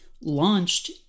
launched